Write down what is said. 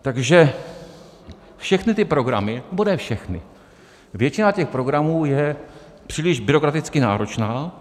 Takže všechny programy, nebo ne všechny, ale většina těch programů je příliš byrokraticky náročná.